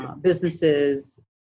businesses